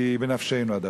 כי בנפשנו הדבר.